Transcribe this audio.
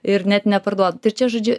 ir net neparduodu tai čia žodžiu